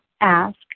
ask